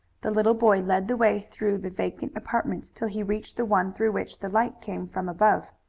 the little boy led the way through the vacant apartments till he reached the one through which the light came from above.